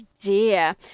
dear